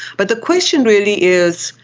but the question really is,